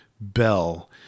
bell